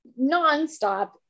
nonstop